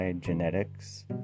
Genetics